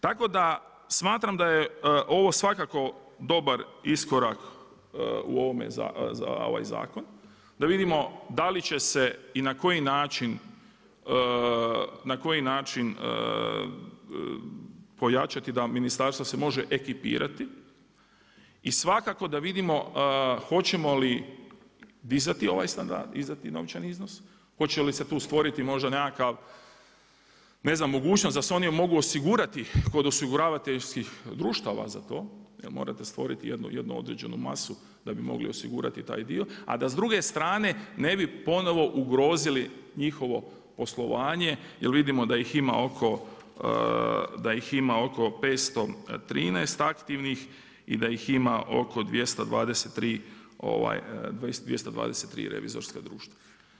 Tako da smatram da je ovo svakako dobar iskorak za ovaj zakon, da vidimo da li će se i na koji način pojačati da ministarstvo se može ekipirati i svakako da vidimo hoćemo li dizati ovaj standard, dizati novčani iznos, hoće li se tu stvoriti možda nekakav, ne znam, mogućnost da se oni mogu osigurati kod osiguravateljskih društava za to, jer morate stvoriti jednu određenu masu da bi mogli osigurati taj dio, a da s druge strane ne bi ponovno ugrozili njihovo poslovanje jer vidimo da ih ima oko 513 aktivnih, i da ih ima 223 revizorska društva.